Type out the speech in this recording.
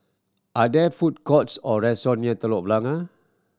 are there food courts or restaurant near Telok Blangah